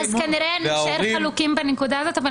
וההורים --- אז כנראה נישאר חלוקים בנקודה הזאת.